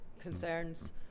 concerns